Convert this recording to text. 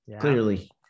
clearly